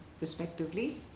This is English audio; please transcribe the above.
respectively